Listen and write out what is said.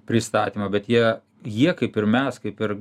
pristatymo bet jie jie kaip ir mes kaip ir